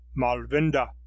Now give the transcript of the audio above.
Malvinda